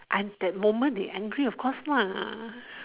and that moment they angry of course lah